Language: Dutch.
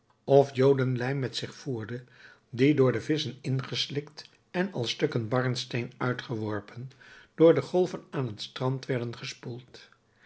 of jodenlijm met zich voerde die door de visschen ingeslikt en als stukken barnsteen uitgeworpen door de golven aan strand werden gespoeld